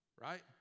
right